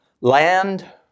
land